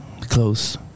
close